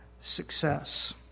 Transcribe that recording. success